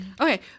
Okay